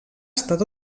estat